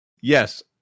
yes